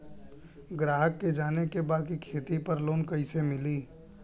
ग्राहक के जाने के बा की खेती पे लोन कैसे मीली?